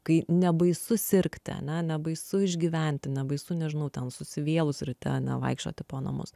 kai nebaisu sirgti ane nebaisu išgyventi nebaisu nežinau ten susivėlus ryte ane vaikščioti po namus